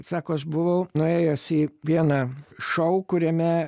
sako aš buvau nuėjęs į vieną šou kuriame